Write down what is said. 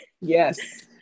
yes